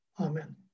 Amen